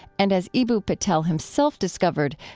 and as eboo patel himself discovered,